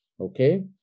Okay